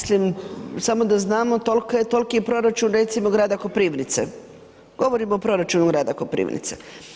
Samo da znamo toliki je proračun recimo grada Koprivnice, govorim o proračunu grada Koprivnice.